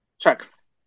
trucks